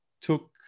took